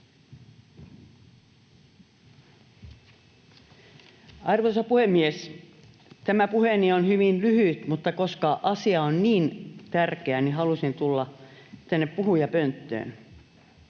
Arvoisa puhemies! Tämä puheeni on hyvin lyhyt, mutta koska asia on niin tärkeä, niin halusin tulla tänne puhujapönttöön.